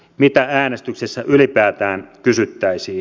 mitä äänestyksessä ylipäätään kysyttäisiin